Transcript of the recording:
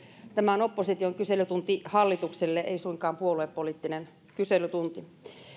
tämä on opposition kyselytunti hallitukselle ei suinkaan puoluepoliittinen kyselytunti